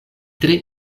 tre